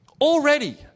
Already